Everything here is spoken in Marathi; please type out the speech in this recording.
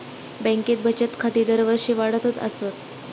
बँकेत बचत खाती दरवर्षी वाढतच आसत